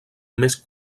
més